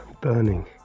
burning